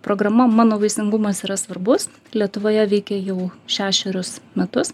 programa mano vaisingumas yra svarbus lietuvoje veikia jau šešerius metus